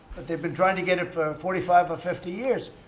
but they've been trying to get it for forty five or fifty years,